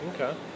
Okay